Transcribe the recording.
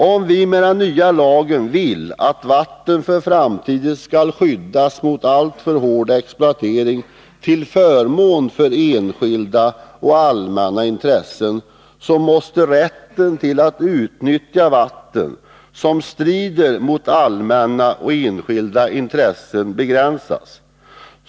Om vi med den nya lagen vill att vatten för framtiden skall skyddas mot alltför hård exploatering, till förmån för enskilda och allmänna intressen, måste sådan rätt att utnyttja vatten som strider mot allmänna och enskilda intressen begränsas.